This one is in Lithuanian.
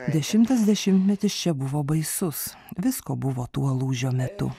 dešimtas dešimtmetis čia buvo baisus visko buvo tuo lūžio metu